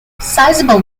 sizable